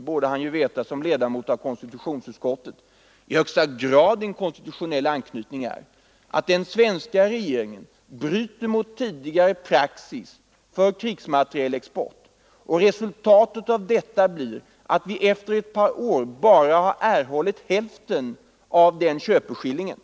borde herr Bergqvist som ledamot av konstitutionsutskottet känna till — i högsta grad en konstitutionell anknytning. Den svenska regeringen har brutit mot tidigare praxis i vad gäller krigsmaterielexport och resultatet härav har blivit att vi ännu efter tre år bara erhållit hälften av köpeskillingen för den här affären.